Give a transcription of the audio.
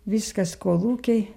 viskas kolūkiai